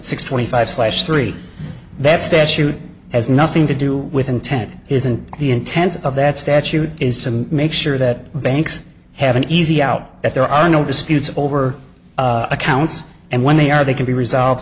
six twenty five slash three that statute has nothing to do with intent isn't the intent of that statute is to make sure that banks have an easy out that there are no disputes over accounts and when they are they can be resolved